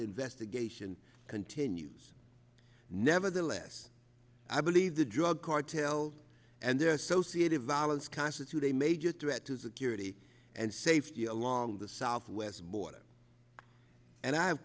investigation continues nevertheless i believe the drug cartels and their associated violence constitute a major threat to security and safety along the southwest border and i've